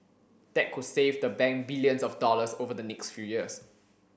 that could save the bank billions of dollars over the next few years